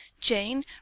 Jane